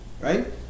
right